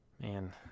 man